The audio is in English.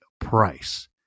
price